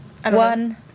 one